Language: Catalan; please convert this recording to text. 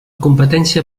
competència